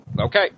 Okay